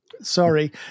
Sorry